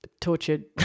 tortured